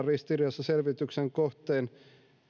ristiriidassa selvityksen kohteen